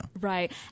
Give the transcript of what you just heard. right